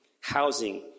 housing